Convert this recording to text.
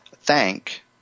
thank